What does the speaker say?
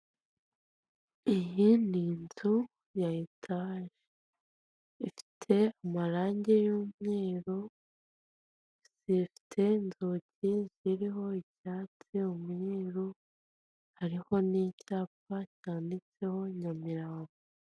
Iyi ni inzu ya etaje ifite amarangi y'umweru ifite inzugi ziriho irange ry'umweru hariho n'icyapa cyanditseho Nyamirambo.